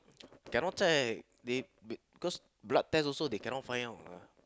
cannot check they b~ cause blood test also they cannot find out lah